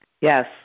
Yes